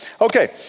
Okay